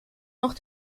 noch